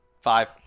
Five